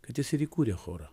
kad jis ir įkūrė chorą